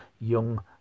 young